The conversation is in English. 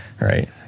Right